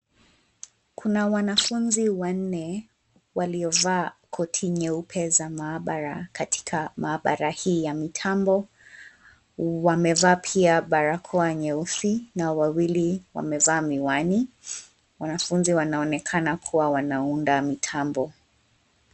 Kuna wanafunzi wanne waliovaa koti nyeupe za mahabara katika mahabara hii ya mitambo , wamevaa pia barakoa nyeusi na wawili wamevaa miwani. Wanafunzi wanaonekana kuwa wanaunda mitambo.